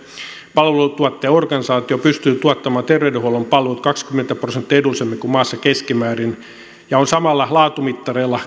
palvelutuottajaorganisaatio kaliforniassa pystyy tuottamaan terveydenhuollon palvelut kaksikymmentä prosenttia edullisemmin kuin maassa keskimäärin ja on samalla laatumittareilla